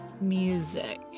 music